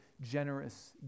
generous